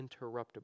interruptible